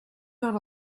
not